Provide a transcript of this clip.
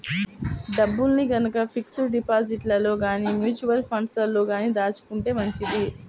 డబ్బుల్ని గనక ఫిక్స్డ్ డిపాజిట్లలో గానీ, మ్యూచువల్ ఫండ్లలో గానీ దాచుకుంటే మంచిది